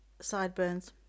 sideburns